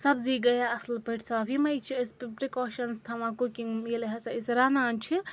سَبزی گٔیا اَصٕل پٲٹھۍ صاف یِمَے چھِ أسۍ پِرٛکاشنٕس تھاوان کُکِنٛگ ییٚلہِ ہَسا أسۍ رَنان چھِ